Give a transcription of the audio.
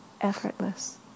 effortless